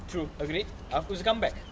true agreed appu's comeback